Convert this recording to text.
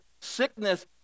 sickness